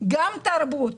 - גם תרבות,